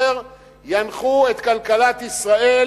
אין לך מסגרת להתחיל